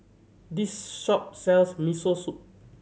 this shop sells Miso Soup